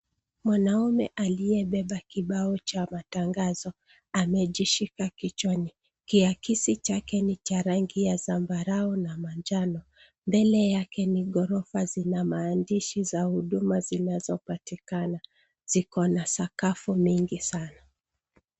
Mwanaume aliyebeba kibao cha matangazo, amejishika kichwani. Kiakisi chake ni cha rangi ya zambarau na manjano. Mbele yake ni gorofa zina mandishi za huduma zinazo patikana. Ziko na sakafu mingi sana.